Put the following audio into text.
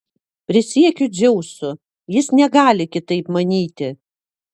prisiekiu dzeusu jis negali kitaip manyti